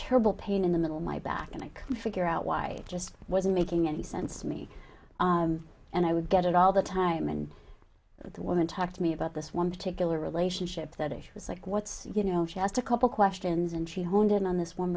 terrible pain in the middle of my back and i couldn't figure out why just wasn't making any sense to me and i would get it all the time and the woman talked to me about this one particular relationship that it was like what's you know she asked a couple questions and she honed in on this one